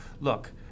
look